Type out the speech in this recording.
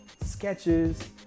sketches